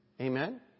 Amen